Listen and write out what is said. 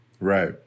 Right